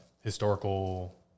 historical